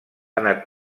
anat